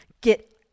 get –